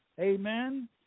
Amen